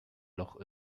loch